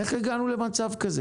איך הגענו למצב כזה,